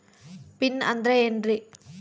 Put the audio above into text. Pin ಅಂದ್ರೆ ಏನ್ರಿ?